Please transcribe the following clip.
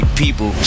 people